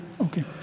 Okay